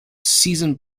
season